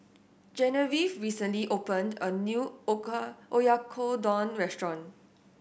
Genevieve recently opened a new Oyakodon Restaurant